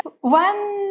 one